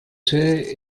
sede